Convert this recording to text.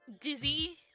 dizzy